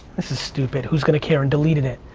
this is stupid, who's gonna care and deleted it,